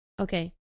Okay